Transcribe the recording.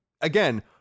again